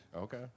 Okay